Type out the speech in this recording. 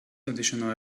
additional